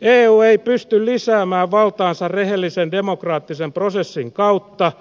eu ei pysty lisäämään valtaansa rehellisen demokraattisen prosessin kautta